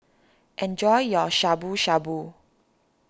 enjoy your Shabu Shabu